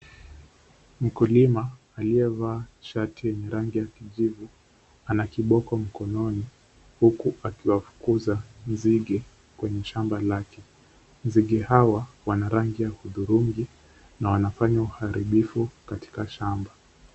Mkulima aliyevaa shati yenye rangi ya kijivu ana kiboko mkononi huku akiwafukuza nzige kwenye shamba lake ,nzige hawa wana rangi ya hudhurungi na wanafanya uharibifu katika shamba.